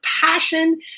passion